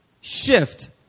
shift